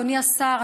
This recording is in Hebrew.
אדוני השר,